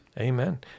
Amen